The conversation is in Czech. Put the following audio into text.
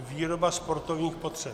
N304 výroba sportovních potřeb.